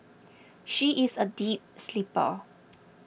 she is a deep sleeper